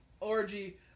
Orgy